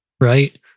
right